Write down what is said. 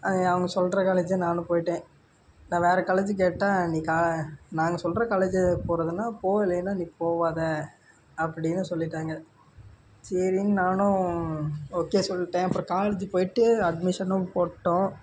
அவங்க சொல்கிற காலேஜே நானும் போய்ட்டேன் நான் வேற காலேஜி கேட்டேன் நீ நாங்கள் சொல்கிற காலேஜி போறதுன்னா போ இல்லைனா நீ போகாத அப்படின்னு சொல்லிவிட்டாங்க சரின்னு நானும் ஓகே சொல்லிட்டேன் அப்புறம் காலேஜி போய்ட்டு அட்மிஷனும் போட்டோம்